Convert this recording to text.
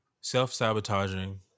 Self-sabotaging